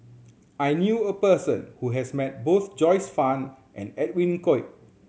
I knew a person who has met both Joyce Fan and Edwin Koek